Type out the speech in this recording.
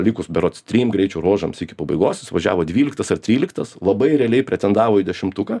likus berods trim greičio ruožams iki pabaigos jis važiavo dvyliktas ar tryliktas labai realiai pretendavo į dešimtuką